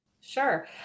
sure